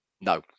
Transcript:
no